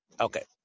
Okay